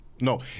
No